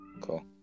cool